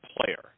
player